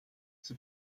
zij